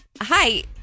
Hi